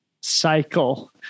cycle